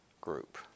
group